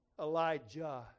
Elijah